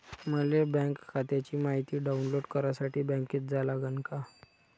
मले बँक खात्याची मायती डाऊनलोड करासाठी बँकेत जा लागन का?